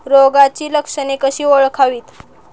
रोगाची लक्षणे कशी ओळखावीत?